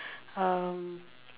um